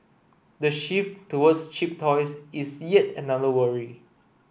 the shift towards cheap toys is yet another worry